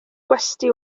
gwesty